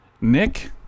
Nick